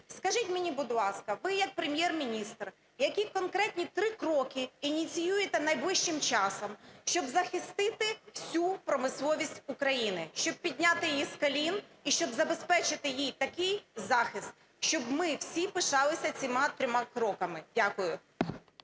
Скажіть мені, будь ласка, ви як Прем’єр-міністр: які конкретні три кроки ініціюєте найближчим часом, щоб захистити всю промисловість України, щоб підняти її з колін і щоб забезпечити їй такий захист, щоб ми всі пишалися цими трьома кроками? Дякую.